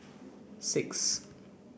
six